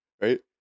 right